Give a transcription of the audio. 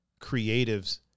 creatives